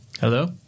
hello